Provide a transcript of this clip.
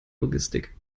logistik